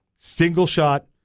single-shot